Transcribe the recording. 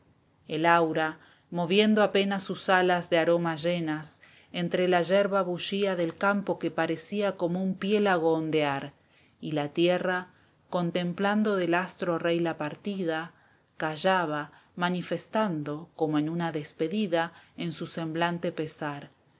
el aura moviendo apenas sus olas de aroma llenas entre la yerba bullía del campo que parecía como un piélago ondear y la tierra contemplando del astro rey la partida callaba manifestando como en una despedida en su semblante pesar